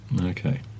Okay